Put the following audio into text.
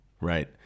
right